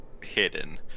hidden